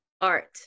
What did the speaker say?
art